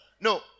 no